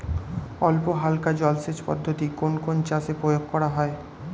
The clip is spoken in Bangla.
অল্পহালকা জলসেচ পদ্ধতি কোন কোন চাষে প্রয়োগ করা হয়?